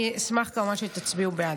אני כמובן אשמח שתצביעו בעד.